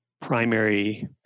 primary